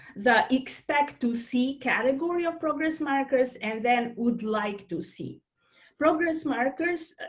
the expect to see category of progress markers and then would like to see progress markers.